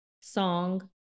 song